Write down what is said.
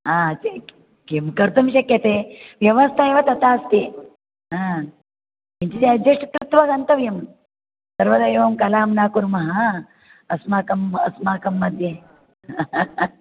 किं कर्तुं शक्यते व्यवस्था एव तथा अस्ति किञ्चित् अर्जेस्ट् कृत्वा गन्तव्यम् सर्वदा एवं कलहं न कुर्मः अस्माकम् अस्माकं मध्ये ह ह ह